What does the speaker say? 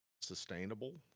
sustainable